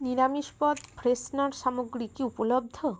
নিরামিষ পদ ফ্রেশনার সামগ্রী কি উপলব্ধ